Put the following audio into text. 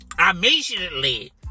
Immediately